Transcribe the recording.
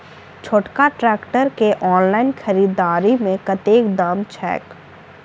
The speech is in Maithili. छोटका ट्रैक्टर केँ ऑनलाइन खरीददारी मे कतेक दाम छैक?